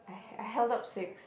I held up six